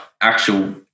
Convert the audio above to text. actual